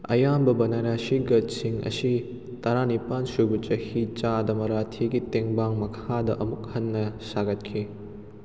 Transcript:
ꯑꯌꯥꯝꯕ ꯕꯔꯥꯅꯥꯁꯤ ꯒꯠꯁꯤꯡ ꯑꯁꯤ ꯇꯔꯥꯅꯤꯄꯥꯜ ꯁꯨꯕ ꯆꯍꯤ ꯆꯥꯗ ꯃꯔꯥꯊꯤꯒꯤ ꯇꯦꯡꯕꯥꯡ ꯃꯈꯥꯗ ꯑꯃꯨꯛ ꯍꯟꯅ ꯁꯥꯒꯠꯈꯤ